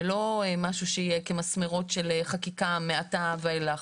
ולא משהו שיהיה כמסמרות של חקיקה מעתה ואילך.